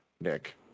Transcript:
Nick